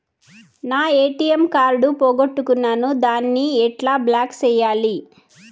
నా ATM card పోగొట్టుకున్నాను, దాన్ని ఎట్లా బ్లాక్ సేయాలి?